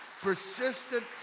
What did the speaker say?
persistent